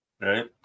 Right